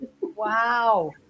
Wow